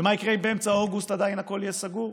ומה יקרה אם באמצע אוגוסט עדיין הכול יהיה סגור?